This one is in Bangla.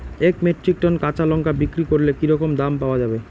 এক মেট্রিক টন কাঁচা লঙ্কা বিক্রি করলে কি রকম দাম পাওয়া যাবে?